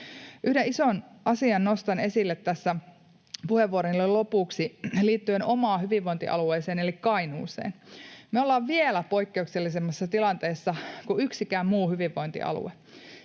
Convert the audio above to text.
Yhden ison asian nostan esille tässä puheenvuoroni lopuksi liittyen omaan hyvinvointialueeseeni eli Kainuuseen. Me ollaan vielä poikkeuksellisemmassa tilanteessa kuin yksikään muu hyvinvointialue.